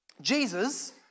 Jesus